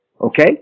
Okay